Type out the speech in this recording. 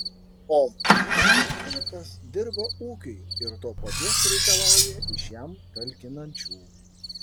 o ūkininkas dirba ūkiui ir to paties reikalauja iš jam talkinančių